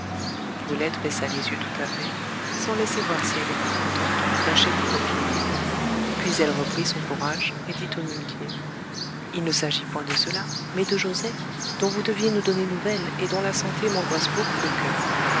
brulette baissa les yeux tout a fait sans laisser voir si elle était contente ou fâchée du compliment puis elle reprit son courage et dit au muletier il ne s'agit point de cela mais de joset dont vous deviez nous donner nouvelles et dont la santé m'angoisse beaucoup le coeur